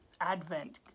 Advent